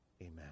Amen